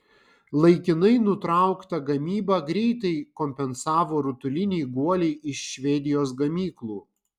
laikinai nutrauktą gamybą greitai kompensavo rutuliniai guoliai iš švedijos gamyklų